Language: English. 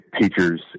teachers